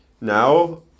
now